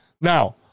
Now